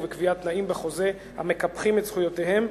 ובקביעת תנאים בחוזה המקפחים את זכויותיהם,